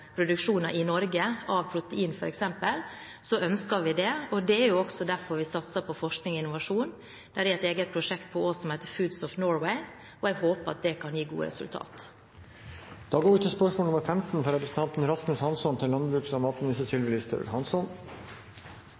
produksjoner i Norge av f.eks. protein, ønsker vi det, og det er også derfor vi satser på forskning og innovasjon. Det er et eget prosjekt på Ås som heter Foods of Norway, og jeg håper at det kan gi gode resultater. Spørsmålet til